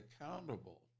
accountable